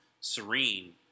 serene